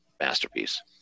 masterpiece